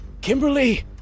Kimberly